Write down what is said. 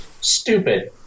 stupid